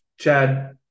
Chad